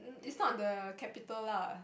is not the capital lah